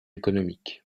économiques